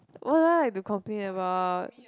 what do I like to complain about